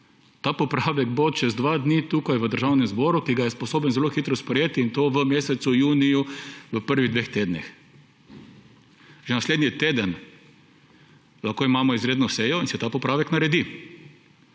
811 ljudi bo čez dva dni tukaj, v Državnem zboru, ki ga je sposoben zelo hitro sprejeti, in to v mesecu juniju v prvih dveh tednih. Že naslednji teden lahko imamo izredno sejo in se ta popravek naredi.